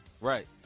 Right